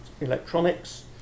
electronics